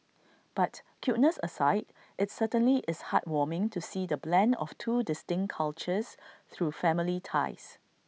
but cuteness aside it's certainly is heartwarming to see the blend of two distinct cultures through family ties